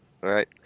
right